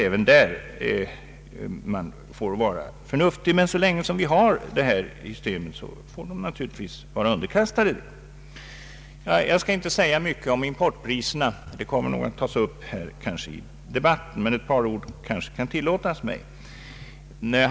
Även där måste vi vara förnuftiga. Jag skall inte säga så mycket om importpriserna — frågan tas nog upp av andra — men ett par ord kanske jag kan tillåta mig att anföra.